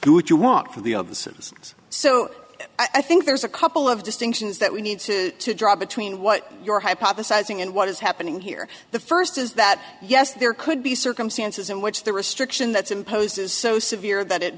do what you want for the of the citizens so i think there's a couple of distinctions that we need to draw between what you're hypothesizing and what is happening here the first is that yes there could be circumstances in which the restriction that's imposed is so severe that